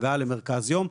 הגעה למרכז יום,